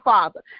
Father